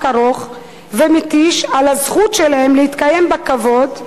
ארוך ומתיש על הזכות שלהם להתקיים בכבוד,